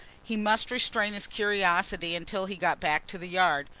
he must restrain his curiosity until he got back to the yard,